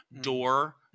door